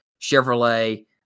Chevrolet